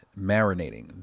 marinating